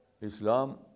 Islam